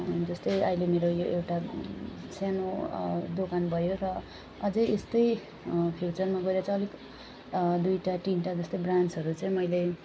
जस्तै अहिले मेरो यो एउटा सानो दोकान भयो र अझै यस्तै फ्युचरमा गएर चाहिँ अलिक दुईवटा तिनवटा जस्तो ब्रान्चहरू चाहिँ मैले